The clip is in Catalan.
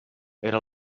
era